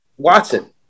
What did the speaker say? Watson